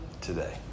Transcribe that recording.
today